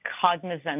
cognizant